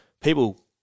people